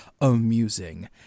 amusing